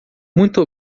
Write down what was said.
muito